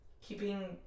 keeping